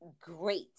great